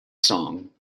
song